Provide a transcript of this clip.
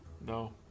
No